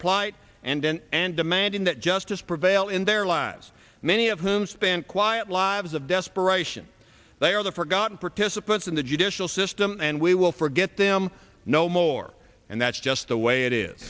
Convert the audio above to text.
plight and and demanding that justice prevail in their lives many of whom spent quiet lives of desperation they are the forgotten participants in the judicial system and we will forget them no more and that's just the way it is